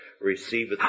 receiveth